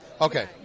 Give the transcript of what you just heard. Okay